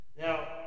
Now